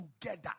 together